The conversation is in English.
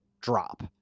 drop